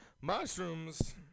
mushrooms